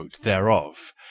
thereof